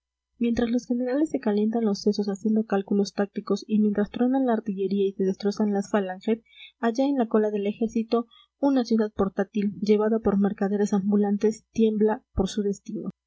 mientras los generales se calientan los sesos haciendo cálculos tácticos y mientras truena la artillería y se destrozan las falanges allá en la cola del ejército una ciudad portátil llevada por mercaderes ambulantes tiembla por su destino